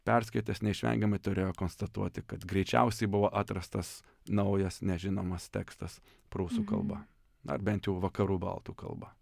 perskaitęs neišvengiamai turėjo konstatuoti kad greičiausiai buvo atrastas naujas nežinomas tekstas prūsų kalba na ar bent jau vakarų baltų kalba